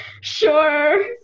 sure